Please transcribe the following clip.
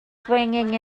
swinging